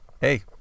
hey